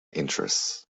interests